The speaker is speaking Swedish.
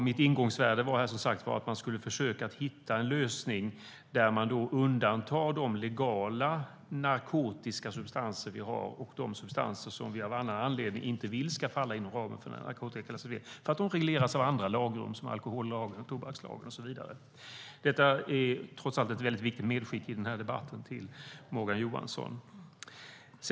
Mitt ingångsvärde var som sagt att man skulle försöka hitta en lösning där man undantar de legala narkotiska substanser vi har och de substanser som vi av annan anledning inte vill ska falla inom ramen för en narkotikaklassificering för att de regleras av andra lagrum, som alkohollagen, tobakslagen och så vidare. Detta är trots allt ett viktigt medskick i debatten till Morgan Johansson.